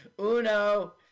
Uno